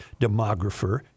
demographer